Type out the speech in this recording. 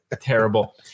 terrible